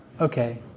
Okay